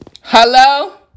Hello